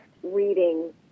reading